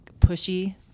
pushy